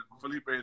Felipe